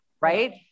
right